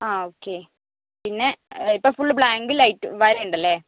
ആ ഓക്കെ പിന്നെ ഇപ്പോൾ ഫുൾ ബ്ലാങ്ക് ലൈറ്റും വരയുണ്ട് അല്ലേ